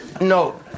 No